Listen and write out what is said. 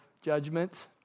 judgment